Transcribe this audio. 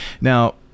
now